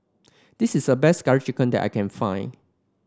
this is a best Curry Chicken that I can find